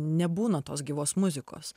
nebūna tos gyvos muzikos